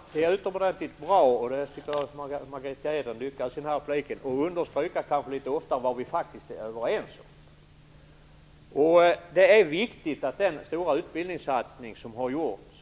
Fru talman! Det är utomordentligt bra att litet oftare understryka vad vi faktiskt är överens om, och det tycker jag att Margitta Edgren lyckades med i sin senaste replik.